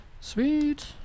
Sweet